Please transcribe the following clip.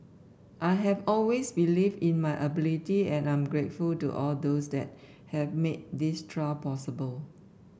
I have always believed in my ability and I am grateful to all those that have made this trial possible